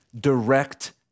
direct